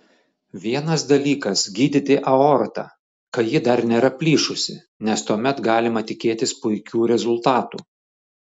vienas dalykas gydyti aortą kai ji dar nėra plyšusi nes tuomet galima tikėtis puikių rezultatų